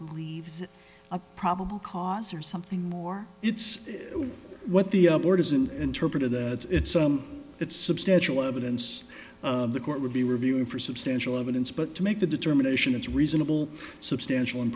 believe a probable cause or something more it's what the board isn't interpreted that it's some it's substantial evidence the court would be reviewing for substantial evidence but to make the determination it's reasonable substantial and